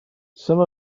some